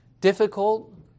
difficult